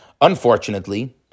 Unfortunately